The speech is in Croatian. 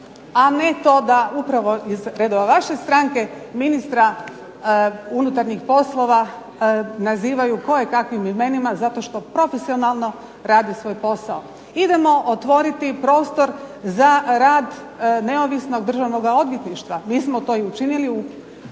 a ne to da upravo iz redova vaše stranke, ministra unutarnjih poslova nazivaju koje kakvim imenima zato što profesionalno radi svoj posao. Idemo otvoriti prostor za rad neovisnog državnog odvjetništva, mi smo to učinili